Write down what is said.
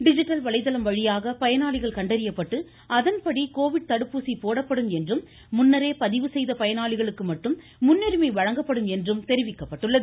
digital வலைதளம் வழியாக் பயனாளிகள் கண்டறியப்பட்டு அதன்படி கோவிட் தடுப்பூசி போடப்படும் என்றும் முன்னரே பதிவு செய்த பயனாளிகளுக்கு மட்டும் முன்னுரிமை வழங்கப்படும் என்றும் தெரிவிக்கப்பட்டுள்ளது